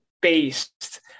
based